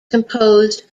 composed